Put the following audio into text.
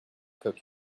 cook